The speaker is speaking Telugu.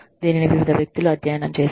దీనిని వివిధ వ్యక్తులు అధ్యయనం చేశారు